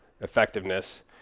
effectiveness